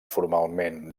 formalment